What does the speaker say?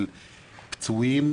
של פצועים,